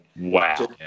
Wow